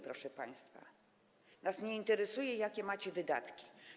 Proszę państwa, nas nie interesuje, jakie macie wydatki.